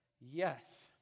Yes